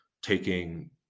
taking